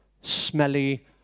smelly